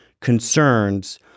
concerns